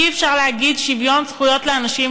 אי-אפשר להגיד "שוויון זכויות לאנשים עם